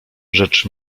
rzecz